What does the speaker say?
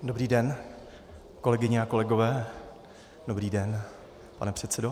Dobrý den, kolegyně a kolegové, dobrý den, pane předsedo.